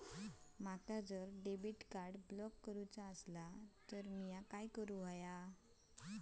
माका जर debit card block करूचा असला तर मी काय करू?